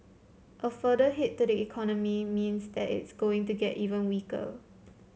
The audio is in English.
a further hit to the economy means that it's going to get even weaker